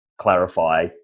clarify